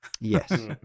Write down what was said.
Yes